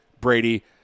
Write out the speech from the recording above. Brady